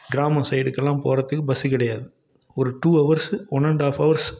கிராமம் சைடுக்கெல்லாம் போகிறதுக்கு பஸ்ஸு கிடையாது ஒரு two hours one and half hours